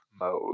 mode